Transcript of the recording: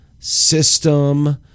System